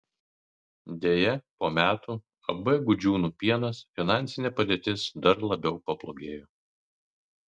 deja po metų ab gudžiūnų pienas finansinė padėtis dar labiau pablogėjo